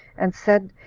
and said,